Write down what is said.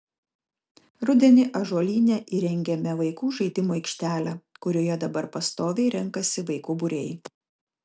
rudenį ąžuolyne įrengėme vaikų žaidimų aikštelę kurioje dabar pastoviai renkasi vaikų būriai